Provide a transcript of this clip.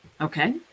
Okay